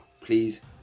please